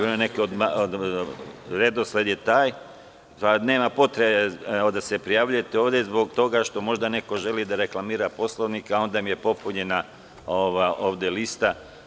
Redosled je taj, pa nema potrebe da se prijavljujete ovde zbog toga što možda neko želi da reklamira Poslovnik, a onda mi je popunjena ova ovde lista.